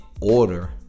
order